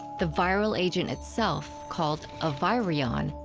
the viral agent itself called, a virion,